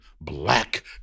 Black